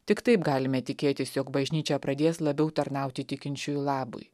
tik taip galime tikėtis jog bažnyčia pradės labiau tarnauti tikinčiųjų labui